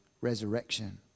resurrection